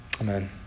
Amen